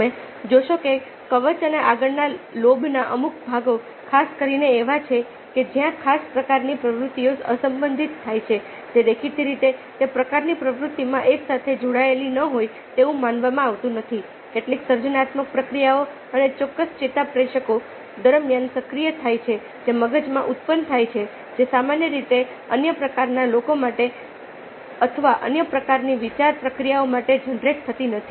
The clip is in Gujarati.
તમે જોશો કે કવચ અને આગળના લોબના અમુક ભાગો ખાસ કરીને એવા છે કે જ્યાં ખાસ પ્રકારની પ્રવૃત્તિઓ અસંબંધિત થાય છે જે દેખીતી રીતે તે પ્રકારની પ્રવૃત્તિમાં એકસાથે જોડાયેલી ન હોય તેવું માનવામાં આવતું નથી કેટલીક સર્જનાત્મક પ્રક્રિયાઓ અને ચોક્કસ ચેતાપ્રેષકો દરમિયાન સક્રિય થાય છે જે મગજમાં ઉત્પન્ન થાય છે જે સામાન્ય રીતે અન્ય પ્રકારના લોકો માટે અથવા અન્ય પ્રકારની વિચાર પ્રક્રિયાઓ માટે જનરેટ થતી નથી